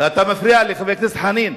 אתה מפריע לי, חבר הכנסת חנין.